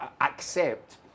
accept